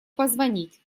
позвонить